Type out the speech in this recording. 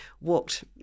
walked